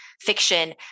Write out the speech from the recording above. fiction